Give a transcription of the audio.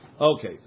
Okay